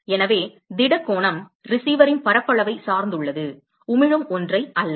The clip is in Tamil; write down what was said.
எனவே திட கோணம் ரிசீவரின் பரப்பளவைச் சார்ந்தது உமிழும் ஒன்றை அல்ல